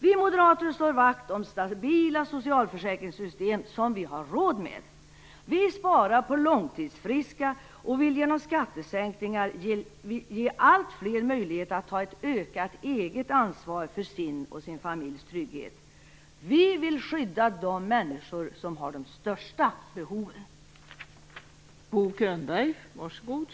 Vi moderater slår vakt om stabila socialförsäkringssystem som vi har råd med. Vi sparar på "långtidsfriska" och vill genom skattesänkningar ge allt fler möjlighet att ta ett ökat eget ansvar för sin och sin familjs trygghet. Vi vill skydda de människor som har de största behoven.